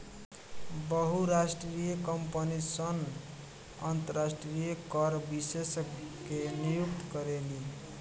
बहुराष्ट्रीय कंपनी सन अंतरराष्ट्रीय कर विशेषज्ञ के नियुक्त करेली